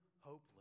hopeless